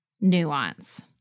nuance